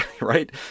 right